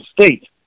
State